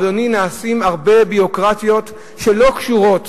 אדוני, יש הרבה ביורוקרטיות שלא קשורות